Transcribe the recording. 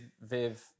Viv